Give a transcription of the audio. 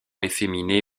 efféminé